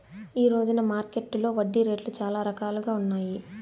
ఈ రోజున మార్కెట్టులో వడ్డీ రేట్లు చాలా రకాలుగా ఉన్నాయి